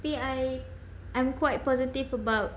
tapi I I'm quite positive about